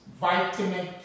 vitamin